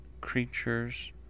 creatures